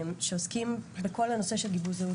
שעוסקות בכל הנושא של גיבוש זהות